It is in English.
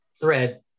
thread